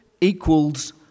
equals